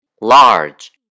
Large